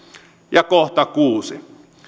kohta kuusi